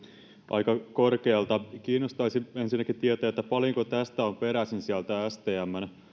aika korkealta kiinnostaisi ensinnäkin tietää paljonko tästä on peräisin sieltä stmn